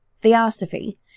theosophy